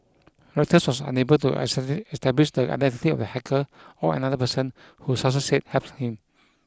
Reuters was unable to establish the identity of the hacker or another person who sources said helped him